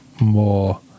more